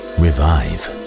revive